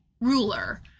ruler